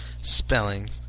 spelling